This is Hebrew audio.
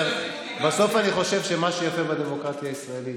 בסוף אני חושב שמה שיפה בדמוקרטיה הישראלית